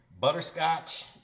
butterscotch